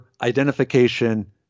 identification